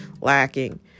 lacking